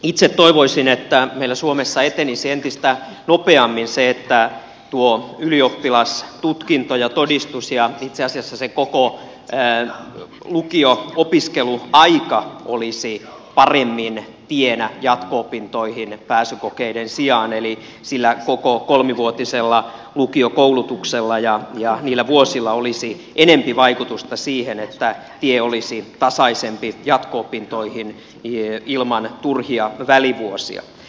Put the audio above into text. itse toivoisin että meillä suomessa etenisi entistä nopeammin se että ylioppilastutkinto ja todistus ja itse asiassa koko lukio opiskeluaika olisi paremmin tienä jatko opintoihin pääsykokeiden sijaan eli sillä koko kolmivuotisella lukiokoulutuksella ja niillä vuosilla olisi enempi vaikutusta siihen että tie olisi tasaisempi jatko opintoihin ilman turhia välivuosia